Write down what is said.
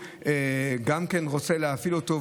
שגם כן רוצה להפעיל אותו,